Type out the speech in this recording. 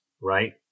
right